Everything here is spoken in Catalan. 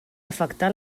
afectar